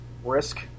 risk